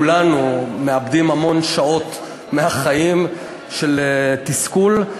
כולנו מאבדים המון שעות מהחיים בתסכול.